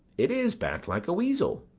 it is backed like a weasel.